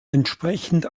entsprechend